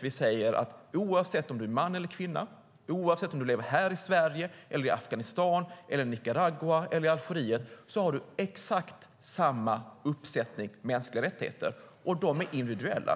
Vi säger nämligen att oavsett om du är man eller kvinna och oavsett om du lever här i Sverige eller i Afghanistan, Nicaragua eller Algeriet har du exakt samma uppsättning mänskliga rättigheter, och de är individuella.